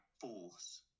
force